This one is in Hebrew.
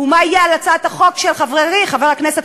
ומה יהיה על הצעת החוק של חברי חבר הכנסת